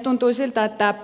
tuntui siltä että